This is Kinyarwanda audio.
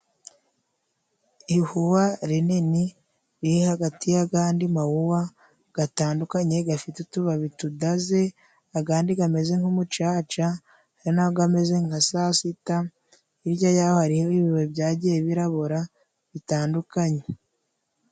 Iwuwa rinini riri hagati yayandi mawuwa , atandukanye afite utubabi tudaze, andi ameze nk'umucaca hariho n' ameze nka sa sita, hirya yaho hariho ibibabi byagiye birabora bitandukanye.